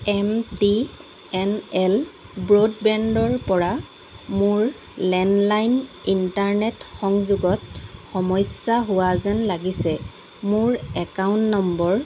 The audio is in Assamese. এম টি এন এল ব্ৰডবেণ্ডৰ পৰা মোৰ লেণ্ডলাইন ইণ্টাৰনেট সংযোগত সমস্যা হোৱা যেন লাগিছে মোৰ একাউণ্ট নম্বৰ